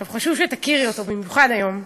עכשיו, חשוב שתכירי אותו, במיוחד היום,